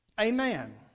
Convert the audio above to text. Amen